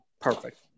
perfect